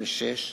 56)